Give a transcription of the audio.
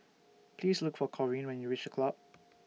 Please Look For Corine when YOU REACH The Club